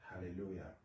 hallelujah